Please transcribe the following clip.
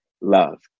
love